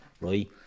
right